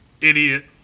idiot